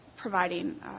providing